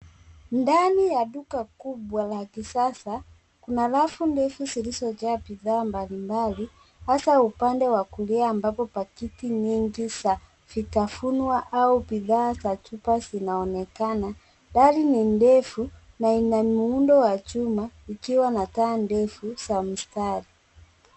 Ndani ya duka kubwa la kisasa, kuna rafu refu zilizojaa bidhaa mbalimbali hasa upande wa kulia ambapo pakiti nyingi za vitafunwa au bidhaa za chupa zinaonekana .Dari ni ndefu na ina muundo wa chuma ikiwa na taa ndefu za mstari.